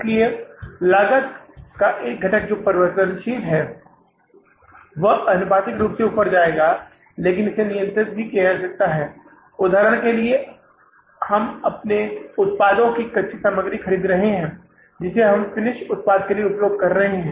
इसलिए लागत का एक घटक जो परिवर्तनशील है वह आनुपातिक रूप से ऊपर जाएगा लेकिन इसे नियंत्रित भी किया जा सकता है उदाहरण के लिए हम अपने उत्पादों की कच्ची सामग्री खरीद रहे हैं जिसे हम फिनिश उत्पाद के लिए उपयोग कर रहे हैं